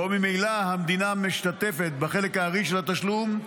שבו ממילא המדינה משתתפת בחלק הארי של התשלום,